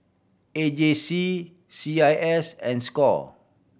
A J C C I S and score